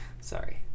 Sorry